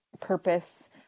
purpose